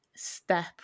step